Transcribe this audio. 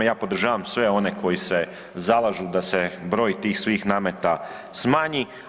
Ja podržavam sve one koji se zalažu da se broj tih svih nameta smanji.